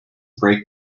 break